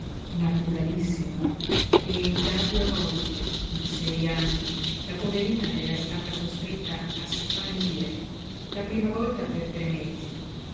naturalissimo e già due volte in sei anni la poverina era stata costretta a sparire la prima volta per tre mesi